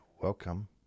welcome